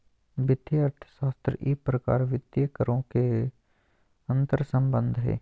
वित्तीय अर्थशास्त्र ई प्रकार वित्तीय करों के अंतर्संबंध हइ